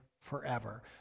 forever